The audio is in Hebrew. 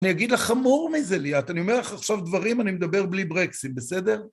אני אגיד לך חמור מזה ליאת, אני אומר לך עכשיו דברים, אני מדבר בלי ברקסים, בסדר?